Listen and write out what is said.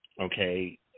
okay